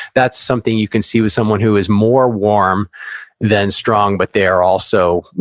that's something you can see with someone who is more warm than strong, but they're also,